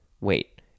Wait